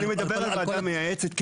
אני מדבר על וועדה מייעצת.